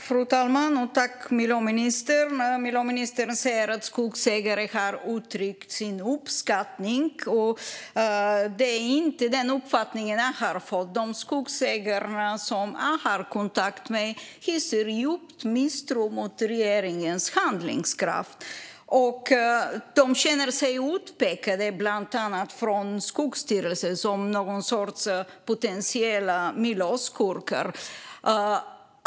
Fru talman! Jag tackar miljöministern för detta. Hon säger att skogsägare har uttryckt sin uppskattning. Det är inte den uppfattning som jag har fått. De skogsägare som jag har kontakt med hyser djup misstro mot regeringens handlingskraft. De känner sig utpekade, bland annat från Skogsstyrelsen, som någon storts potentiella miljöskurkar.